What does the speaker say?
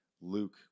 Luke